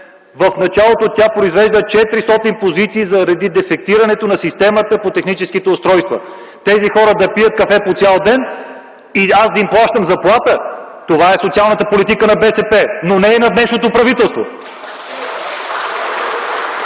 В началото тя произвежда 400 позиции заради дефектирането на системата по техническите устройства. Тези хора да пият кафе по цял ден и аз да им плащам заплатите? Това е социалната политика на БСП, но не и на днешното правителство.